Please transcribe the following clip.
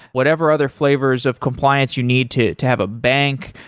whatever other flavors of compliance you need to to have a bank.